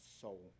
soul